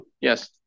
Yes